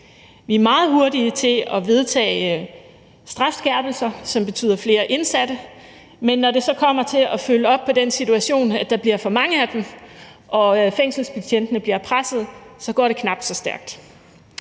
Vi er meget hurtige til at vedtage strafskærpelser, som betyder flere indsatte, men når det kommer til at følge op på den situation, at der bliver for mange af dem og fængselsbetjentene bliver pressede, går det knap så stærkt.